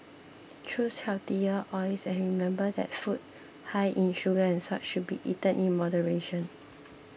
choose healthier oils and remember that food high in sugar and salt should be eaten in moderation